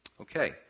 Okay